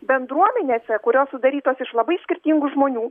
bendruomenėse kurios sudarytos iš labai skirtingų žmonių